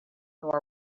nor